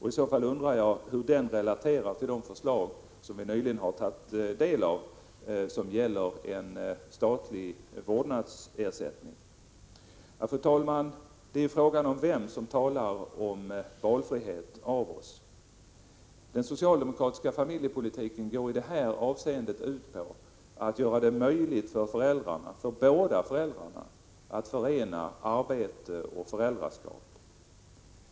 I så fall undrar jag hur den relaterar till de förslag som vi nyligen har tagit del av och som gäller en statlig vårdnadsersättning. Fru talman! Frågan är vem av oss som talar för valfrihet. Den socialdemokratiska familjepolitiken går i det här avseendet ut på att göra det möjligt för båda föräldrarna att förena arbete och föräldraskap.